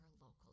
local